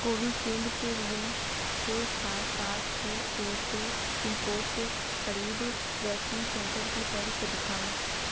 Covishield کے لیے چھ سات سات چھ ایک دو پنکوڈ کے قریب ویکسین سنٹر کی فہرست دکھاؤ